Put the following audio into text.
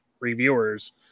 reviewers